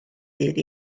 ddydd